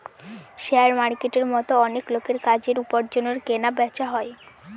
share মার্কেটের মতো অনেক লোকের কাজের, উপার্জনের কেনা বেচা হয়